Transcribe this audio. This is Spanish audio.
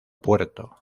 puerto